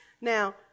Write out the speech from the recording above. Now